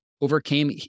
overcame